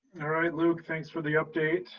all right, luke, thanks for the update.